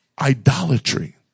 idolatry